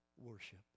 worship